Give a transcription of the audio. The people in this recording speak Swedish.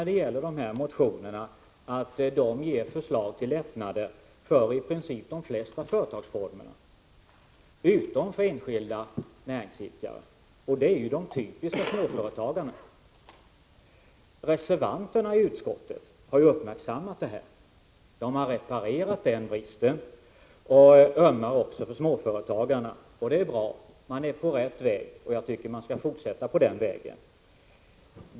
De här motionerna innehåller ju förslag till lättnader för i princip de flesta företagsformer utom för enskilda näringsidkare, och de är ju de typiska småföretagarna. Reservanterna i utskottet har uppmärksammat detta. De har reparerat den bristen och ömmar även för småföretagarna. Det är bra. Man är på rätt väg, och jag tycker att man skall fortsätta på den vägen.